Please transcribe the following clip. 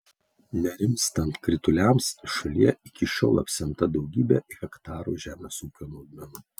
nerimstant krituliams šalyje iki šiol apsemta daugybė hektarų žemės ūkio naudmenų